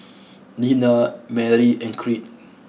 Nena Marie and Creed